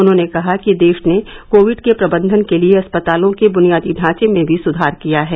उन्होंने कहा कि देश ने कोविड के प्रबंधन के लिए अस्पतालों के बुनियादी ढांचे में भी सुधार किया है